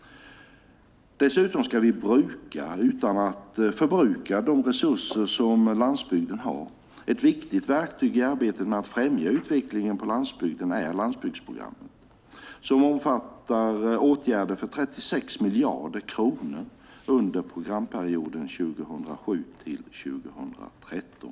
Dessutom ska vi bruka utan att förbruka de resurser som landsbygden har. Ett viktigt verktyg i arbetet med att främja utvecklingen på landsbygden är landsbygdsprogrammet, som omfattar åtgärder för 36 miljarder kronor under programperioden 2007-2013.